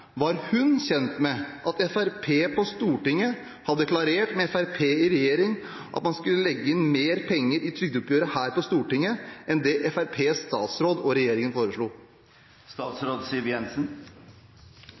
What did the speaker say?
Var hun kjent med at Fremskrittspartiet på Stortinget hadde klarert med Fremskrittspartiet i regjering at man skulle legge inn mer penger i trygdeoppgjøret her på Stortinget enn det Fremskrittspartiets statsråd og regjeringen